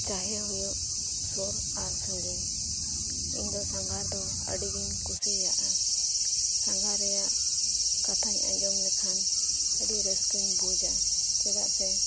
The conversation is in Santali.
ᱪᱟᱦᱮ ᱦᱳᱭᱳᱜ ᱥᱳᱨ ᱟᱨ ᱥᱟᱺᱜᱤᱧ ᱤᱧᱫᱚ ᱥᱟᱸᱜᱷᱟᱨ ᱫᱚ ᱟᱹᱰᱤᱜᱤᱧ ᱠᱩᱥᱤᱭᱟᱜᱼᱟ ᱥᱟᱸᱜᱷᱟᱨ ᱨᱮᱭᱟᱜ ᱠᱟᱛᱷᱟᱧ ᱟᱸᱡᱚᱢ ᱞᱮᱠᱷᱟᱱ ᱟᱹᱰᱤ ᱨᱟᱹᱥᱠᱟᱹᱧ ᱵᱩᱡᱟ ᱪᱮᱫᱟᱜ ᱥᱮ